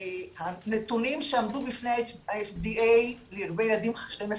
הנתונים שעמדו בפני ה-FDA לגבי ילדים בני 12